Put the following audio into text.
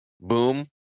boom